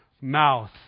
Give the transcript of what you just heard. mouth